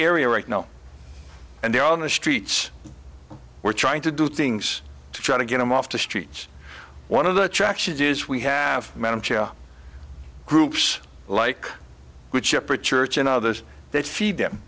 area right now and they're on the streets we're trying to do things to try to get them off the streets one of the attractions is we have groups like good shepherd church and others that feed them